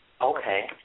Okay